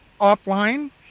offline